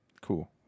cool